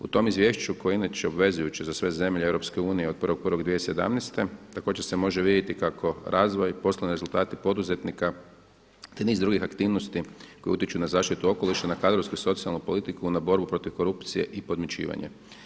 U tom izvješću koje je inače obvezujuće za sve zemlje EU od 1.1.2017. također se može vidjeti kako razvoj i poslovni rezultati poduzetnika te niz drugih aktivnosti koje utječu na zaštitu okoliša na kadrovsku i socijalnu politiku, na borbu protiv korupcije i podmićivanje.